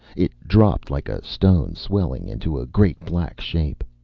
it dropped like a stone, swelling into a great black shape.